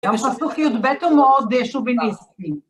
גם פסוק י"ב הוא מאוד שוביניסטי.